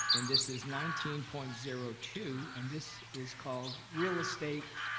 and this is nineteen point zero two, and this is called real estate